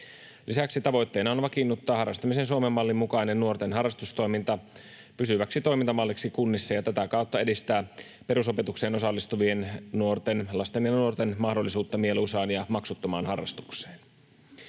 Lisäksi tavoitteena on vakiinnuttaa harrastamisen Suomen mallin mukainen nuorten harrastustoiminta pysyväksi toimintamalliksi kunnissa, ja tätä kautta edistää perusopetukseen osallistuvien lasten ja nuorten mahdollisuutta mieluisaan ja maksuttomaan harrastukseen.